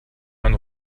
man